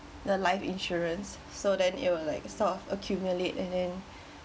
the life insurance so then it will like sort of accumulate and then